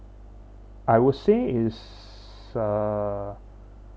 I would say is uh